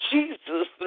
Jesus